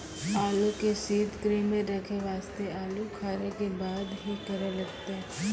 आलू के सीतगृह मे रखे वास्ते आलू उखारे के बाद की करे लगतै?